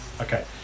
okay